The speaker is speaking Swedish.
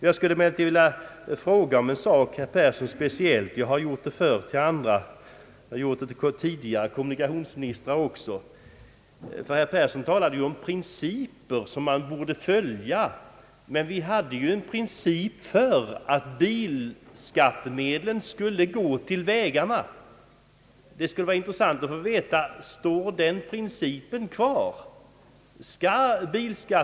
Jag skulle emellertid vilja fråga herr Persson om en speciell sak som jag också frågat andra socialdemokrater om, även tidigare kommunikationsministrar. Herr Persson talade ju om principer som man borde följa. Förr hade vi den principen att bilskattemedlen skulle disponeras för vägarna. Det skulle vara intressant att få veta om denna princip fortfarande gäller.